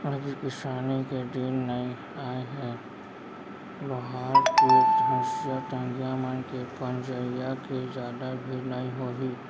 अभी किसानी के दिन नइ आय हे लोहार तीर हँसिया, टंगिया मन के पजइया के जादा भीड़ नइ होही